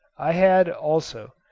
i had, also,